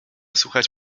słuchać